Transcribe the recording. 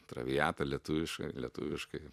traviata lietuviška lietuviškai